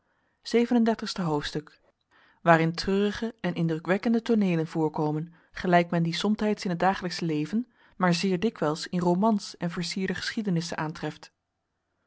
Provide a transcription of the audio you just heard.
achterdeur binnen zeven en dertigste hoofdstuk waarin treurige en indrukwekkende tooneelen voorkomem gelijk men die somtijds in het dagelijksche leven maar zeer dikwijls in romans en versierde geschiedenissen aantreft